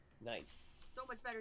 Nice